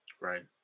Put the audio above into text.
Right